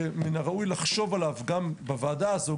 שמן הראוי לחשוב עליו גם בוועדה הזו,